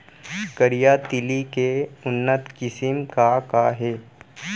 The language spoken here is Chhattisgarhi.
करिया तिलि के उन्नत किसिम का का हे?